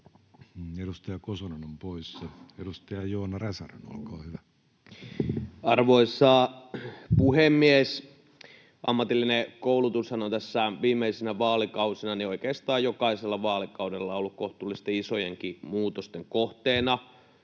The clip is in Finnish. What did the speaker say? ja siihen liittyviksi laeiksi Time: 20:19 Content: Arvoisa puhemies! Ammatillinen koulutushan on tässä viimeisinä vaalikausina, oikeastaan jokaisella vaalikaudella ollut kohtuullisen isojenkin muutosten kohteena.